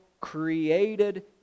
created